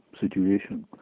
situation